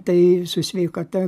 tai su sveikata